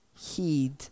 Heed